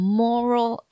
moral